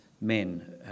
men